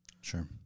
Sure